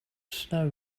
snow